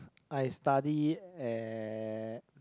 I study at